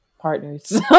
partners